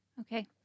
Okay